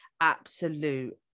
absolute